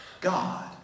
God